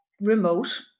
remote